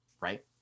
right